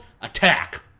attack